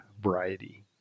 variety